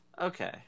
Okay